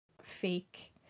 fake